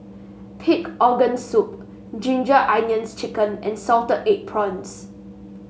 Pig Organ Soup Ginger Onions chicken and Salted Egg Prawns